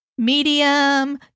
Medium